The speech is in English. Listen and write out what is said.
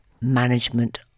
management